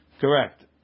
Correct